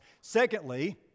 Secondly